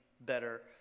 better